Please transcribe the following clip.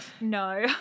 no